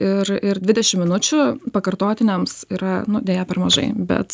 ir ir dvidešim minučių pakartotiniams yra nu deja per mažai bet